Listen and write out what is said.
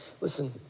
listen